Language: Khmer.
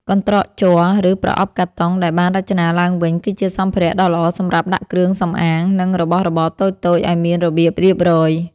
កន្ត្រកជ័រ ឬប្រអប់កាតុងដែលបានរចនាឡើងវិញ គឺជាសម្ភារៈដ៏ល្អសម្រាប់ដាក់គ្រឿងសម្អាង និងរបស់របរតូចៗឱ្យមានរបៀបរៀបរយ។